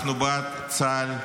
אנחנו בעד צה"ל,